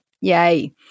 Yay